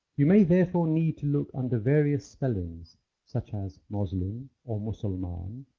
you may therefore need to look under various spellings such as moslem or mussalman.